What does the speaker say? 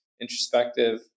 Introspective